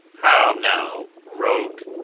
how now, rogue?